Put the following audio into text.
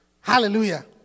Hallelujah